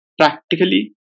practically